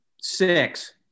six